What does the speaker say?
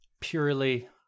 purely